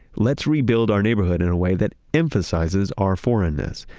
let's rebuild our neighborhood in a way that emphasizes our foreignness,